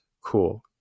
Cool